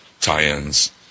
tie-ins